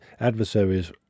adversaries